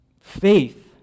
Faith